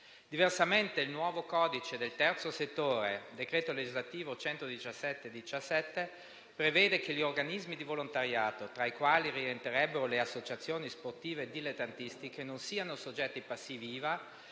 Diversamente, il nuovo codice del terzo settore (decreto legislativo n. 117 del 2017) prevede che gli organismi di volontariato, tra i quali rientrerebbero le associazioni sportive dilettantistiche, non siano soggetti passivi IVA,